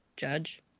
Judge